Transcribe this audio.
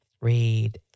read